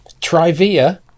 Trivia